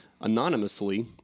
anonymously